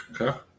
Okay